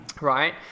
right